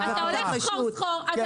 של כל אותן עמותות וכדומה,